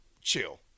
chill